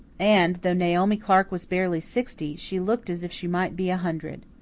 and, though naomi clark was barely sixty, she looked as if she might be a hundred.